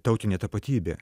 tautinė tapatybė